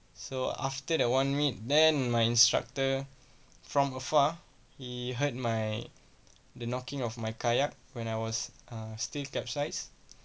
so after that one week then my instructor from afar he heard my the knocking of my kayak when I was uh stiff capsize